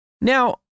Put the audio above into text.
Now